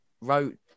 wrote